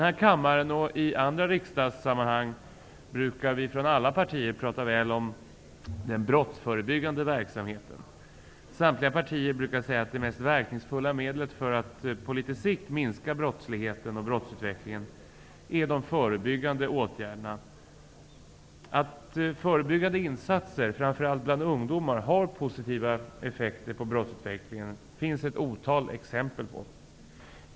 Här i kammaren och i andra riksdagssammanhang brukar ledamöter från alla partier tala väl om den brottsförebyggande verksamheten. Samtliga partier brukar säga att det mest verkningsfulla medlet för att på litet sikt minska brottsligheten och brottsutvecklingen är de förebyggande åtgärderna. Att förebyggande insatser, framför allt bland ungdomar, har positiva effekter på brottsutvecklingen, finns det ett otal exempel på.